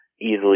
easily